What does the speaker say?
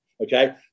Okay